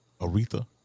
Aretha